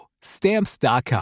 Stamps.com